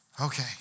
Okay